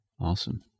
Awesome